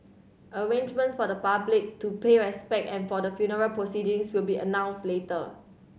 arrangements for the public to pay a respect and for the funeral proceedings will be announce later